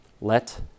Let